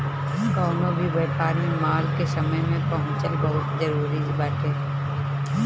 कवनो भी व्यापार में माल के समय पे पहुंचल बहुते जरुरी बाटे